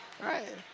Right